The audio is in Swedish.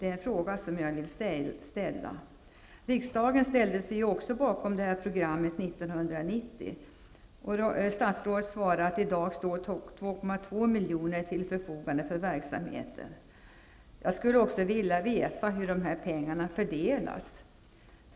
Det är en fråga som jag vill ställa. Riksdagen ställde sig också bakom programmet 1990, och statsrådet svarar att i dag står 2,2 milj.kr. till förfogande för verksamheten. Jag skulle vilja veta hur de pengarna fördelas.